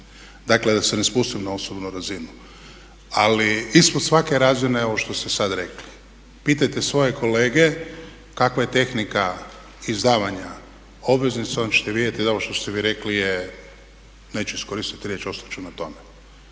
Dakle, da se ne spustim na osobnu razinu. Ali ispod svake razine je ovo što ste sad rekli. Pitajte svoje kolege kakva je tehnika izdavanja obveznica, onda ćete vidjeti da ovo što ste vi rekli je neću iskoristiti riječ, ostat ću na tome.